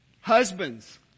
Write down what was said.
Husbands